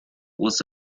was